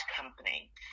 company